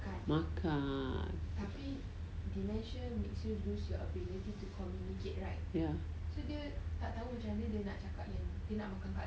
makan ya